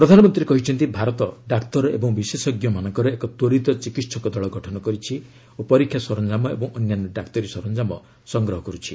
ପ୍ରଧାନମନ୍ତ୍ରୀ କହିଛନ୍ତି ଭାରତ ଡାକ୍ତର ଏବଂ ବିଶେଷଜ୍ଞ ମାନଙ୍କର ଏକ ତ୍ୱରିତ ଚିକିହକ ଦଳ ଗଠନ କରୁଛି ଓ ପରୀକ୍ଷା ସରଞ୍ଜାମ ଏବଂ ଅନ୍ୟାନ୍ୟ ଡାକ୍ତରୀ ସରଞ୍ଜାମ ସଂଗ୍ରହ କରୁଛି